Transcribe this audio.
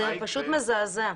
זה פשוט מזעזע.